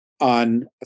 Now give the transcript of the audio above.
on